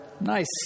Nice